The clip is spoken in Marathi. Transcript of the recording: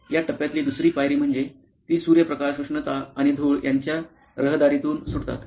या टप्प्यातली दुसरी पायरी म्हणजे ती सूर्यप्रकाश उष्णता आणि धूळ यांच्या रहदारीतून सुटतात